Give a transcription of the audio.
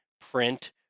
print